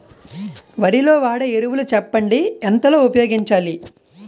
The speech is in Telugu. వరిలో వాడే ఎరువులు చెప్పండి? ఎంత లో ఉపయోగించాలీ?